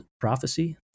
Prophecy